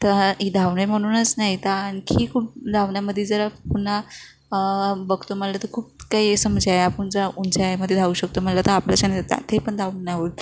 तर ही धावणे म्हणूनच नाही तर आणखी खूप धावण्यामध्ये जर पुन्हा बघतो म्हटलं तर खूप काही समज आहे आपण जर उंचायमध्ये धावू शकतो मला तर आपलं चे पण धावून नाही होत